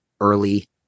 early